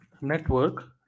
network